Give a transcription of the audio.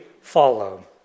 follow